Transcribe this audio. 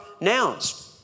nouns